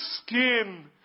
skin